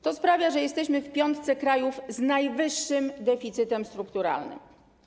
To sprawia, że jesteśmy w piątce krajów z najwyższym deficytem strukturalnym.